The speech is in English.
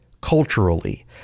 culturally